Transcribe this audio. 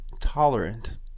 tolerant